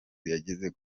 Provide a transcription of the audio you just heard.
yageze